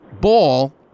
ball